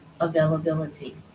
availability